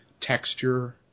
texture